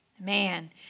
Man